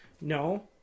No